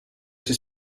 jsi